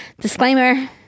disclaimer